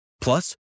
Plus